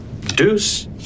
Deuce